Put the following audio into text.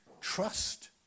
trust